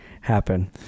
happen